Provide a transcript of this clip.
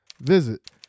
Visit